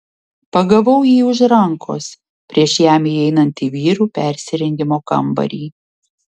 pagavau jį už rankos prieš jam įeinant į vyrų persirengimo kambarį